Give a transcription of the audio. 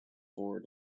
board